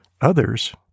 Others